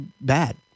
bad